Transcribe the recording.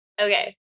Okay